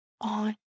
on